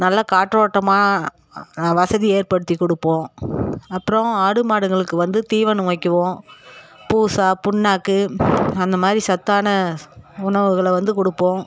நல்ல காற்றோட்டமாக வசதி ஏற்படுத்திக் கொடுப்போம் அப்புறோம் ஆடு மாடுங்களுக்கு வந்து தீவனம் வைக்குவோம் பூசா புண்ணாக்கு அந்த மாதிரி சத்தான உணவுகளை வந்து கொடுப்போம்